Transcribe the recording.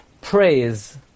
praise